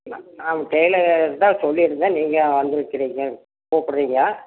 நான் நாங்கள் டெய்லர்கிட்ட தான் சொல்லிருந்தேன் நீங்கள் வந்துருக்குறிங்க கூப்புடுறீங்க